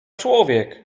człowiek